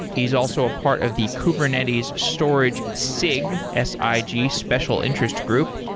he's also a part of the kubernetes storage sig, s i g, special interest group.